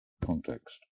context